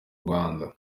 rwanda